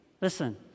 listen